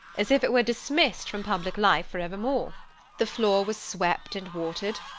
as if it were dismissed from public life for evermore the floor was swept and watered,